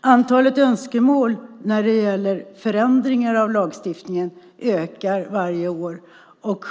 Antalet önskemål om förändringar av lagstiftningen ökar varje år.